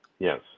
Yes